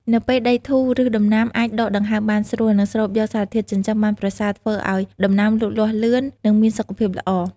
នៅពេលដីធូរ ឬសដំណាំអាចដកដង្ហើមបានស្រួល និងស្រូបយកសារធាតុចិញ្ចឹមបានប្រសើរ ធ្វើឲ្យដំណាំលូតលាស់លឿន និងមានសុខភាពល្អ។